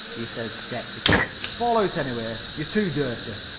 he said skeptically. fall out anyway. you're too dirty.